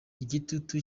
igitutu